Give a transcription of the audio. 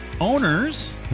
owners